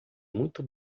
muito